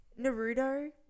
Naruto